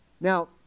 Now